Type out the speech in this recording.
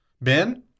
Ben